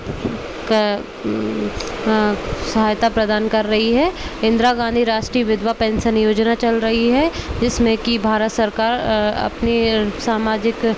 क सहायता प्रदान कर रही है इंदिरा गाँधी राष्ट्रीय विधवा पेंसन योजना चल रही है जिसमें कि भारत सरकार अपनी सामाजिक